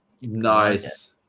Nice